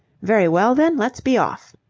very well, then. let's be off.